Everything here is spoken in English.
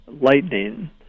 lightning